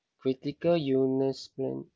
critical illness plan